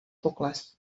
pokles